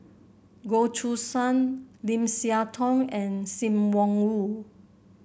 Goh Choo San Lim Siah Tong and Sim Wong Hoo